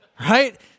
right